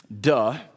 Duh